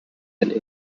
and